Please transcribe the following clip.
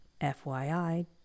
FYI